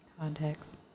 Context